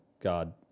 God